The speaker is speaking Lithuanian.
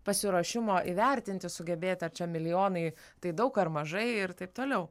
pasiruošimo įvertinti sugebėti ar čia milijonai tai daug ar mažai ir taip toliau